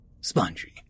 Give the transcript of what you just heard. spongy